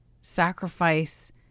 sacrifice